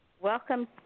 welcome